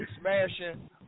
smashing